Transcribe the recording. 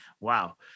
wow